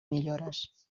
millores